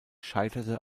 scheiterte